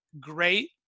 great